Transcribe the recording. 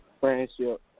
friendship